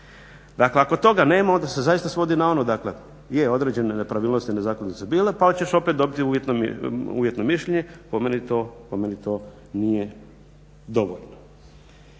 Dakle, ako toga nema onda se zaista svodi na ono je određene nepravilnosti i nezakonitosti su bile pa ćeš opet dobiti uvjetno mišljenje. Po meni to nije dovoljno.